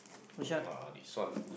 !wah! this one